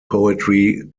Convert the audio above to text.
poetry